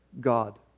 God